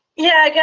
yeah, again,